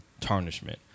tarnishment